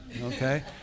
Okay